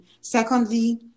Secondly